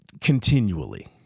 Continually